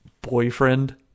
boyfriend